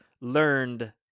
learned